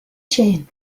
chain